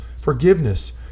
forgiveness